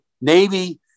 Navy